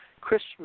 Christmas